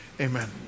Amen